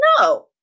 No